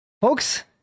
Folks